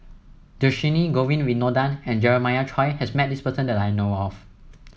Dhershini Govin Winodan and Jeremiah Choy has met this person that I know of